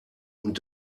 und